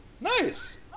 Nice